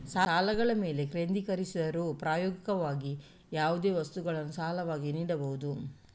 ಸಾಲಗಳ ಮೇಲೆ ಕೇಂದ್ರೀಕರಿಸಿದರೂ, ಪ್ರಾಯೋಗಿಕವಾಗಿ, ಯಾವುದೇ ವಸ್ತುವನ್ನು ಸಾಲವಾಗಿ ನೀಡಬಹುದು